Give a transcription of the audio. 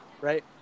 right